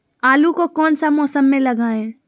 आलू को कौन सा मौसम में लगाए?